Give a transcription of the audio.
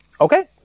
Okay